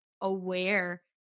aware